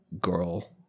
girl